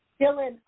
Dylan